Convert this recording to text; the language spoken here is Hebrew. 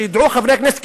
שידעו חברי הכנסת,